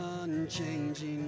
unchanging